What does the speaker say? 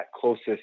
closest